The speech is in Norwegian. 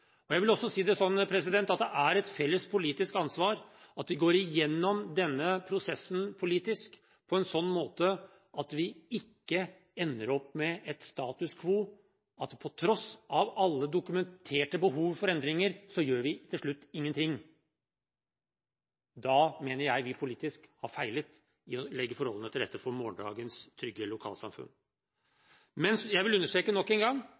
Jeg vil også si det sånn at det er et felles politisk ansvar at vi går igjennom denne prosessen politisk på en sånn måte at vi ikke ender opp med et status quo, at vi på tross av alle dokumenterte behov for endringer, gjør til slutt ingenting. Da mener jeg vi politisk har feilet i å legge forholdene til rette for morgendagens trygge lokalsamfunn. Jeg vil understreke nok en gang: